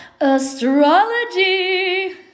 astrology